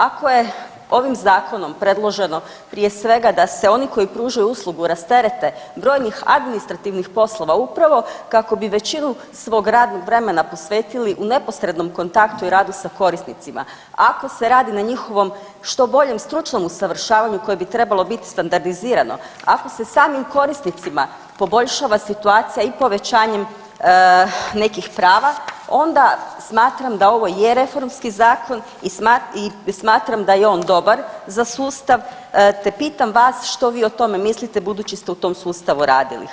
Ako je ovim zakonom predloženo prije svega da se oni koji pružaju uslugu rasterete brojnih administrativnih poslova upravo kako bi većinu svog radnog vremena posvetili u neposrednom kontaktu i radu sa korisnicima, ako se radi na njihovom što boljem stručnom usavršavanju koje bi trebalo biti standardizirano, ako se samim korisnicima poboljšava situacija i povećanjem nekih prava, onda smatram da ovo je reformski zakon i smatram da je on dobar za sustav te pitam vas što vi o tome mislite budući ste u tom sustavu radili?